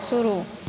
शुरू